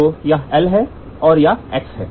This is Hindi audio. तो यह L है और यह x है